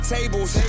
Tables